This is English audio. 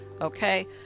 Okay